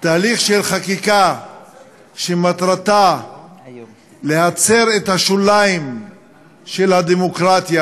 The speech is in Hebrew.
תהליך של חקיקה שמטרתה להצר את השוליים של הדמוקרטיה,